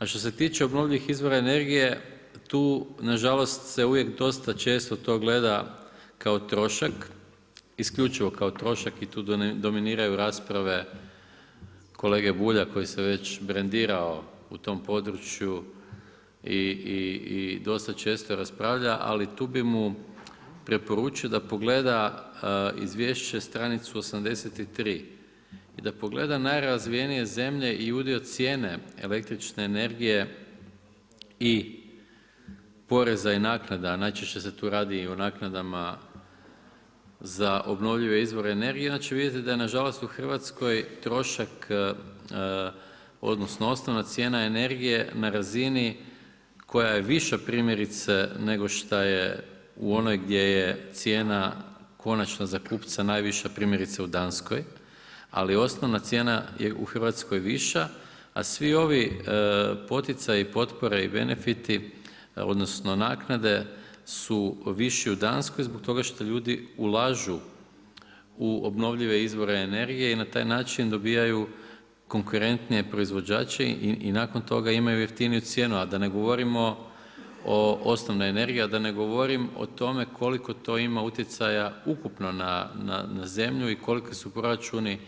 A što se tiče obnovljivih izvora energije, tu nažalost se uvijek dosta često to gleda kao trošak, isključivo kao trošak i tu dominiraju rasprave kolege Bulja koji se već brendirao u tom području i dosta često raspravlja, ali tu bi mu preporučio da pogleda izvješća stranicu 83 i da pogleda najrazvijenije zemlje i udio cijene električne energije i poreza i naknada, a najčešće se tu radi i o naknadama za obnovljive izvore energije i onda će vidjeti da nažalost u Hrvatskoj trošak odnosno osnovna cijena energije na razini koja ja viša primjerice nego šta je u onoj gdje je cijena konačna za kupca najviša primjerice u Danskoj, ali osnovna cijena je u Hrvatskoj viša, a svi ovi poticaji, potpore i benefiti odnosno naknade su viši u Danskoj zbog toga što ljudi ulažu u obnovljive izvore energije i na taj način dobijaju konkurentnije proizvođače i nakon toga imaju jeftiniju cijenu, a da ne govorimo o osnovnoj energiji, a da ne govorim o tome koliko to ima utjecaja ukupno na zemlju i koliki su proračuni